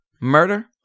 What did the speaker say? Murder